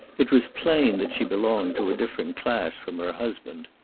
it was plain that she belonged to a dif ferent class from her husband.